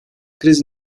kriz